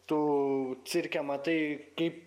tu cirke matai kaip